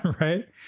Right